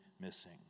missing